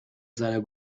seiner